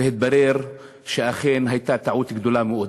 והתברר שאכן הייתה טעות גדולה מאוד.